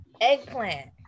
eggplant